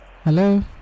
Hello